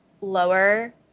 lower